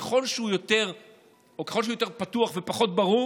ככל שהוא יותר פתוח ופחות ברור